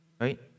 right